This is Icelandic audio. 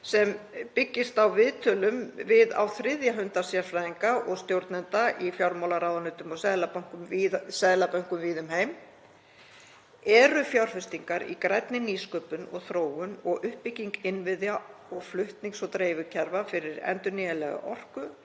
sem byggðist á viðtölum við á þriðja hundrað sérfræðinga og stjórnenda í fjármálaráðuneytum og seðlabönkum víða um heim, eru fjárfestingar í grænni nýsköpun og þróun og uppbygging innviða og flutnings- og dreifikerfa fyrir endurnýjanlega orku